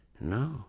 No